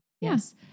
Yes